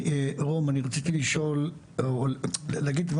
רום אני רציתי לשאול או להגיד,